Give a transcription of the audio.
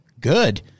good